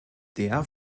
der